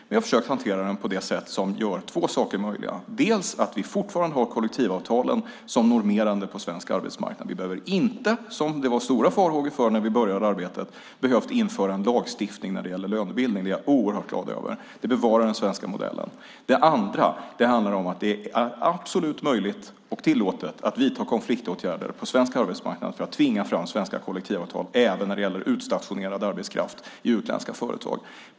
Vi har försökt hantera den på ett sätt som gör två saker möjliga. Det första är att vi fortfarande har kollektivavtalen som normerande på svensk arbetsmarknad. Vi behöver inte, som det var stora farhågor för när vi började arbetet, införa en lagstiftning när det gäller lönebildning. Det är jag oerhört glad över - det bevarar den svenska modellen. Det andra handlar om att det är absolut möjligt och tillåtet att vidta konfliktåtgärder på svensk arbetsmarknad för att tvinga fram svenska kollektivavtal även när det gäller utstationerad arbetskraft i utländska företag.